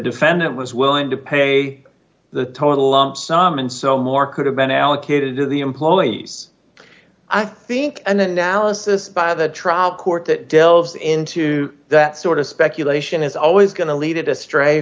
defendant was willing to pay the total lump sum and so more could have been allocated to the employees i think an analysis by the trial court that delves into that sort of speculation is always going to lead it astray